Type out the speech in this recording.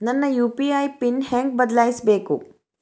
ನನ್ನ UPI PIN ಹೆಂಗ್ ಬದ್ಲಾಯಿಸ್ಬೇಕು?